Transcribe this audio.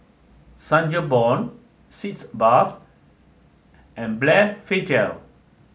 Sangobion Sitz Bath and Blephagel